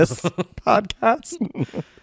podcast